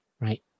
right